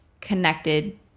connected